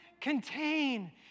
contain